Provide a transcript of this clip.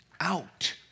out